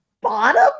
bottom